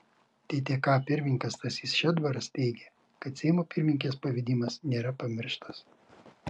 ttk pirmininkas stasys šedbaras teigė kad seimo pirmininkės pavedimas nėra pamirštas